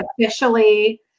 officially